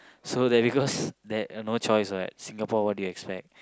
so that because that no choice what Singapore what do you expect